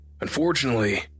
Unfortunately